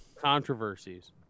controversies